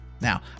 Now